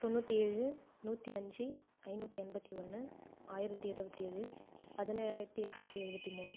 தொண்ணூற்றி ஏழு நூற்றிஅஞ்சு ஐநூற்றி எண்பத்தி ஒன்று ஆயிரத்தி இருபத்தி ஏழு பதினேழாயிரத்தி இரநூத்தி எழுபத்தி மூணு